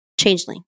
changeling